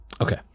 okay